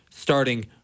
Starting